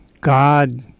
God